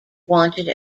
wanted